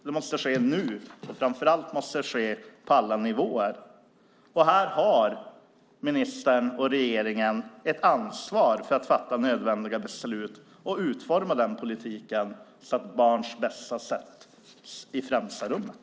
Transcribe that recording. Det måste ske nu. Framför allt måste det ske på alla nivåer. Här har ministern och regeringen ett ansvar för att fatta nödvändiga beslut och utforma den politiken, så att barnens bästa sätts i främsta rummet.